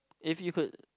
if you could